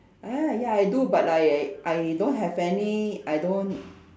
ah ya I do but like I I don't have any I don't